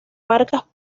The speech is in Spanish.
marcas